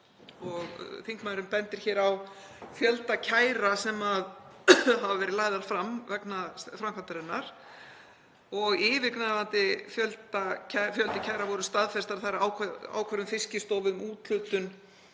Þingmaðurinn bendir hér á fjölda kæra sem hafa verið lagðar fram vegna framkvæmdarinnar. Yfirgnæfandi fjöldi kæra var staðfestur, þ.e. ákvörðun Fiskistofu um úthlutun